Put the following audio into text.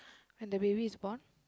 when the baby is born